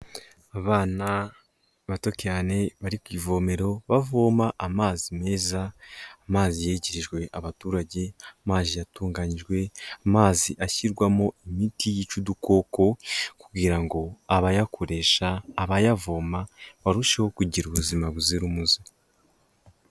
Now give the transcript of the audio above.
Abana bato cyane bari ku ivomero bavoma amazi meza, amazi yegerejwe abaturage, amazi yatunganyijwe, amazi ashyirwamo imiti yica udukoko kugira ngo abayakoresha, abayavoma, barusheho kugira ubuzima buzira umuze.